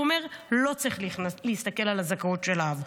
הוא אומר שלא צריך להסתכל על הזכאות של האב,